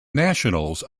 nationals